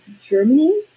Germany